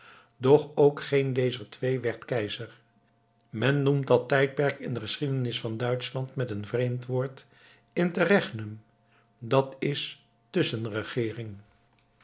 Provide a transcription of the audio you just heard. doch ook geen dezer twee werd keizer men noemt dat tijdperk in de geschiedenis van duitschland met een vreemd woord interregnum d i